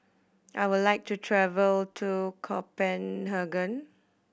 I would like to travel to Copenhagen